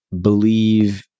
believe